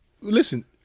Listen